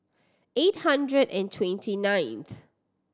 eight hundred and twenty ninth